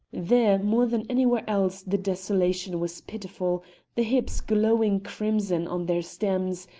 there more than anywhere else the desolation was pitiful the hips glowing crimson on their stems,